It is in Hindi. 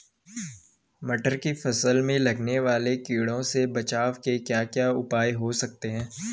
मटर की फसल में लगने वाले कीड़ों से बचाव के क्या क्या उपाय हो सकते हैं?